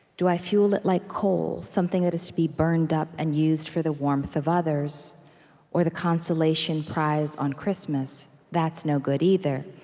do i fuel it like coal, something that is to be burned up and used for the warmth of others or the consolation prize on christmas? that's no good either.